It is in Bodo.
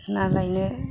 ना लायनो